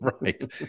Right